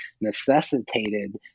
necessitated